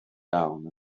down